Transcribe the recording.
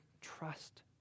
trust